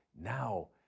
Now